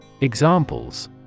Examples